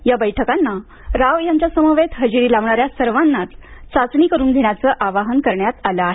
या बैठकांना राव यांच्या समवेत हजेरी लावणाऱ्या सर्वांनाच चाचणी करून घेण्याचं आवाहन करण्यात आलं आहे